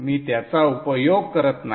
मी त्याचा उपयोग करत नाही